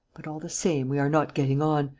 but, all the same, we are not getting on